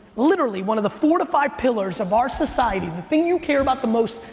literally one of the four to five pillars of our society, the thing you care about the most,